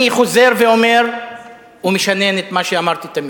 אני חוזר ואומר ומשנן את מה שאמרתי תמיד: